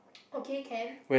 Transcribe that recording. okay can